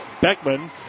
Beckman